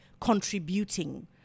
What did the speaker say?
contributing